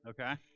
Okay